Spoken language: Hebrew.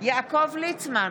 יעקב ליצמן,